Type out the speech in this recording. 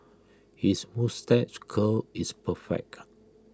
his moustache curl is perfect